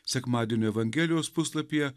sekmadienio evangelijos puslapyje